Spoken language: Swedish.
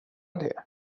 det